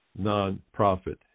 Nonprofit